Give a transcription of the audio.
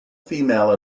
female